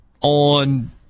On